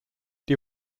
die